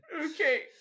Okay